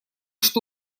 что